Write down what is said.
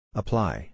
apply